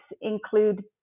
include